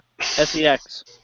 SEX